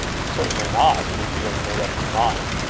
certainly not, if you have made up your mind.